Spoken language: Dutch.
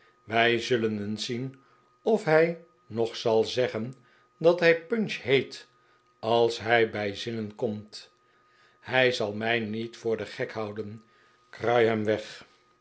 wij zullen eens zien of hij nog zal zeggen dat hij punch heet als hij bij zinnen komt hij zal mij met voor den gek houden krui hem weg